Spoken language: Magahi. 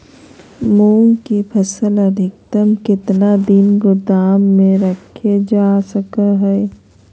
मूंग की फसल अधिकतम कितना दिन गोदाम में रखे जा सको हय?